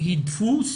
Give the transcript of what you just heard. היא דפוס